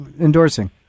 endorsing